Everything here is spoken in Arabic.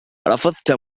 رفضت